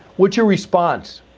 what's your response?